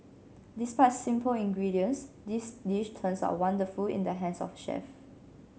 despite simple ingredients this dish turns wonderful in the hands of chef